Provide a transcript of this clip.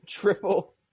triple